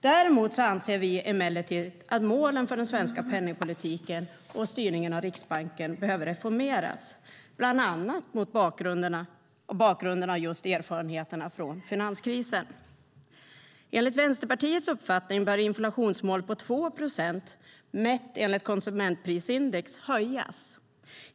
Däremot anser vi emellertid att målen för den svenska penningpolitiken och styrningen av Riksbanken behöver reformeras bland annat mot bakgrund av just erfarenheterna från finanskrisen. Enligt Vänsterpartiets uppfattning bör inflationsmålet på 2 procent mätt enligt konsumentprisindex höjas.